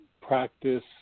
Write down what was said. practice